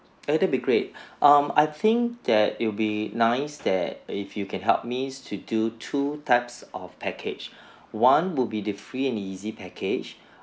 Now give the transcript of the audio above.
oh that will be great um I think that it'll be nice that if you can help me to do two types of package one would be the free and easy package